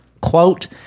quote